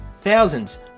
thousands